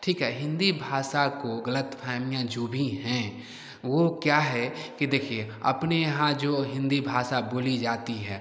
ठीक है हिन्दी भाषा की ग़लतफहमियाँ जो भी हैं वे क्या हैं कि देखिए अपने यहाँ जो हिन्दी भाषा बोली जाती है